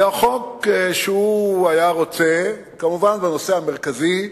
זה החוק שהוא היה רוצה, כמובן בנושא המרכזי,